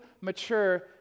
mature